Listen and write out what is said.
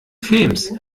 films